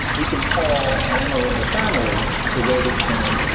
we can call ammer into family the way we can?